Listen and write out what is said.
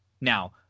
now